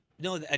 No